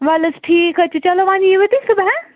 وَل ٹھیٖک حظ چھُ چلو وۅنۍ یِیِو تُہۍ صُبحَس